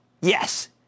yes